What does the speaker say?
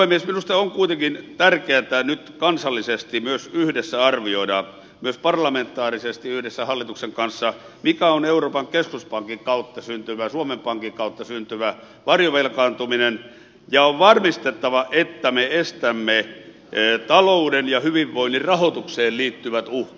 minusta on kuitenkin tärkeätä nyt kansallisesti myös yhdessä arvioida myös parlamentaarisesti yhdessä hallituksen kanssa mikä on euroopan keskuspankin kautta syntyvä ja suomen pankin kautta syntyvä varjovelkaantuminen ja on varmistettava että me estämme talouden ja hyvinvoinnin rahoitukseen liittyvät uhkat